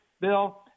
Bill